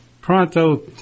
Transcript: Pronto